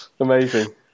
amazing